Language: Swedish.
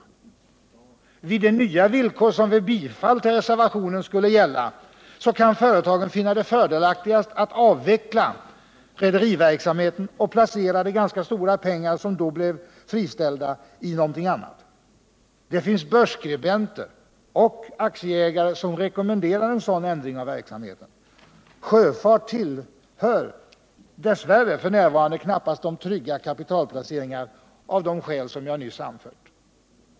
Med de nya villkor 13 december 1978 som vid bifall till reservationen skulle gälla kan företagen finna det fördelaktigast att avveckla rederiverksamheten och placera de ganska stora pengar som då blir friställda i någonting annat. Det finns börsskribenter och aktieägare som rekommenderar en sådan ändring av verksamheten. Sjöfart tillhör dess värre f. n. knappast de trygga kapitalplaceringarna, av de skäl som jag nyss anfört.